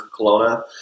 Kelowna